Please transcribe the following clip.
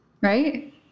right